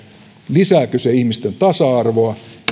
lisääkö se ihmisten tasa arvoa